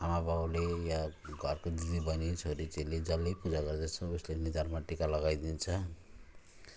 आमाबाउले या घरको दिदीबहिनी छोरीचेली जसले पुूजा गर्दछ उसले निधारमा टिका लगाइदिन्छ